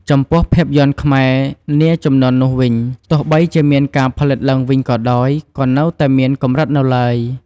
ចំពោះភាពយន្តខ្មែរនាជំនាន់នោះវិញ ទោះបីជាមានការផលិតឡើងវិញក៏ដោយ ក៏នៅតែមានកម្រិតនៅឡើយ។